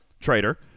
trader